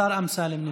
השר אמסלם נמצא.